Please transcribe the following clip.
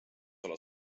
olla